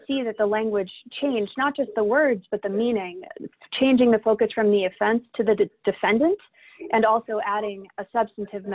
see that the language change not just the words but the meaning it's changing the focus from the offense to the defendant and also adding a substantive